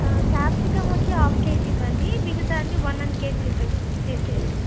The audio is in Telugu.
క్యాప్సికమ్ వచ్చి హాఫ్ కేజీ ఇవ్వండి మిగతా అన్ని వన్ వన్ కేజీ ఇచ్చేసేయండి